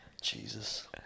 Jesus